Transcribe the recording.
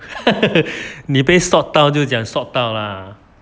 你被 sot 到就讲 sot 到 lah